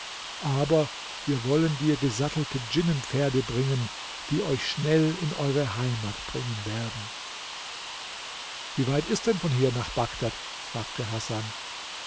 aber wir wollen dir gesattelte djinnenpferde bringen die euch schnell in eure heimat bringen werden wie weit ist denn von hier nach bagdad fragte hasan